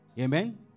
Amen